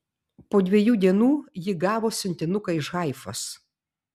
po dviejų dienų ji gavo siuntinuką iš haifos